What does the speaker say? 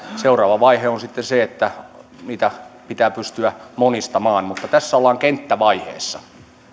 seuraava vaihe on sitten se että niitä pitää pystyä monistamaan mutta tässä ollaan kenttävaiheessa